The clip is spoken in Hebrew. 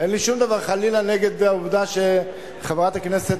אין לי שום דבר חלילה נגד העובדה שחברת הכנסת